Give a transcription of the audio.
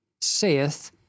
saith